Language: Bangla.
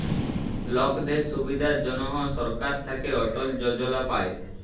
লকদের সুবিধার জনহ সরকার থাক্যে অটল যজলা পায়